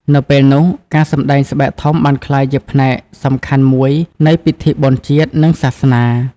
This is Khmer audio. នៅពេលនោះ ការសម្ដែងស្បែកធំបានក្លាយជាផ្នែកសំខាន់មួយនៃពិធីបុណ្យជាតិ និងសាសនា។